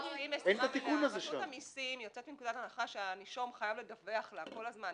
רשות המסים יוצאת מנקודת הנחה שהנישום חייב לדווח לה כל הזמן,